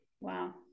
wow